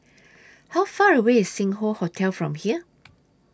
How Far away IS Sing Hoe Hotel from here